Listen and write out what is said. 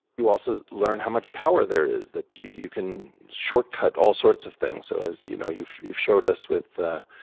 you also learn how much power there is, that you you can shortcut all sorts of things. so as you know you've you've showed us with the